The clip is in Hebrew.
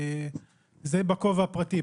זה בכובע הפרטי.